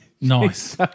Nice